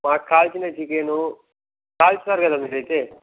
మాకు కాల్చిన చికెను కాల్చుతారు కదా మీరు అయితే